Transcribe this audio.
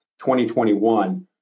2021